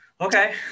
Okay